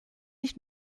nicht